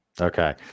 Okay